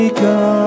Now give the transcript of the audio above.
come